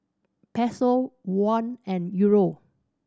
Peso Won and Euro